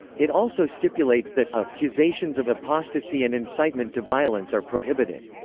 it also stipulates that a ccusations of apostasy and incitement to violence are prohibited'.